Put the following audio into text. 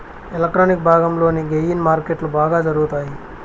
electronic భాగంలోని gain మార్కెట్లో బాగా జరుగుతాయి